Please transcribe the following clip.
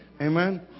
amen